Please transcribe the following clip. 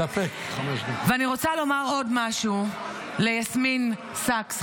ואני רוצה לומר עוד משהו ליסמין סאקס,